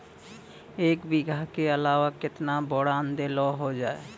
एक बीघा के अलावा केतना बोरान देलो हो जाए?